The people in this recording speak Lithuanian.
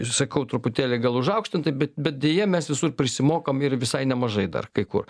sakau truputėlį gal užaukštintai bet bet deja mes visur prisimokam ir visai nemažai dar kai kur